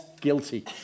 guilty